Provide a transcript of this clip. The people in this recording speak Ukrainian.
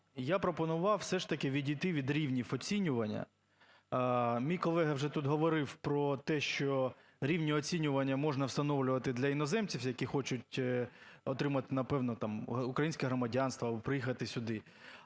Я пропонував все ж таки відійти від рівнів оцінювання. Мій колега уже тут говорив про те, що рівні оцінювання можна встановлювати для іноземців, які хочуть отримати, напевно, там, українське громадянство, приїхати сюди,